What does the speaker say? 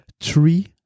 three